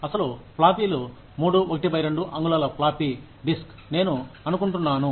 అసలు ఫ్లాపీలు 3 1 2 అంగుళాల ఫ్లాపీ డిస్క్ నేను అనుకుంటున్నాను